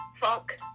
fuck